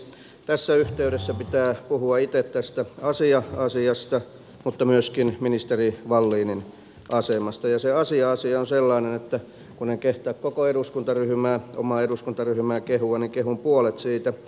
tässä yhteydessä pitää puhua itse tästä asia asiasta mutta myöskin ministeri wallinin asemasta ja se asia asia on sellainen että kun en kehtaa koko eduskuntaryhmää omaa eduskuntaryhmää kehua niin kehun puolta siitä